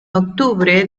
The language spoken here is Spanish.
octubre